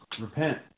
repent